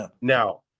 Now